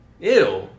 Ew